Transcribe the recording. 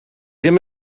ddim